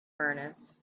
furnace